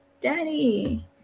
daddy